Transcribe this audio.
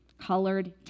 colored